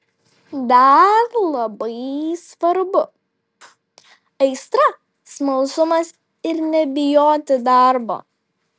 dar labai svarbu aistra smalsumas ir nebijoti darbo